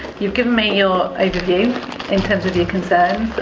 you've given me your overview in terms of your concerns,